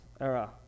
era